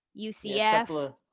UCF